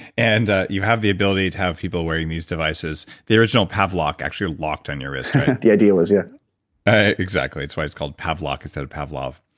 and you have the ability to have people wearing these devices, the original pavlok actually locked on our yeah wrist the idea was, yeah exactly, it's why it's called pavlok instead of pavlov.